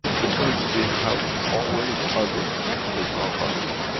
because we have always underestimated the power of our soul,